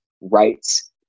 rights